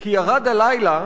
מאוד.// כי ירד הלילה